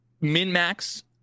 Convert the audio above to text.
min-max